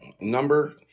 number